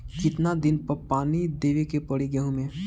कितना दिन पर पानी देवे के पड़ी गहु में?